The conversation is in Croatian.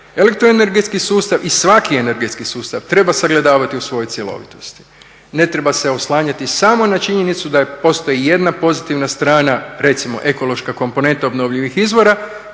Elektro-energetski sustav i svaki energetski sustav treba sagledavati u svojoj cjelovitosti, ne treba se oslanjati samo na činjenicu da postoji jedna pozitivna strana, recimo ekološka komponenta obnovljivih izvora.